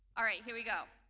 all right, here we go.